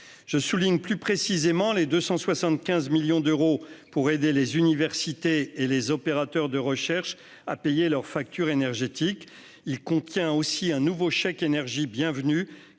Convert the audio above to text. Je souligne plus précisément les 275 millions d'euros pour aider les universités et les opérateurs de recherche à payer leurs factures énergétiques. Il contient aussi un nouveau chèque énergie bienvenu,